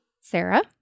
Sarah